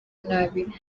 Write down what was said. nabi